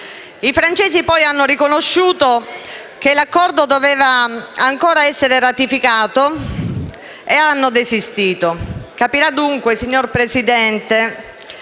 I francesi, poi, hanno riconosciuto che l'Accordo doveva ancora essere ratificato e hanno desistito. Capirà dunque, signora Presidente,